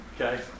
Okay